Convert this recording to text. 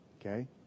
Okay